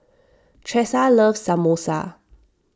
Tressa loves Samosa